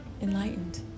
enlightened